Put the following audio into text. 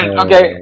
okay